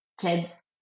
kids